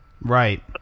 Right